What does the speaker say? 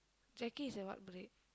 Jacky is what breed